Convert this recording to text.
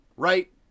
Right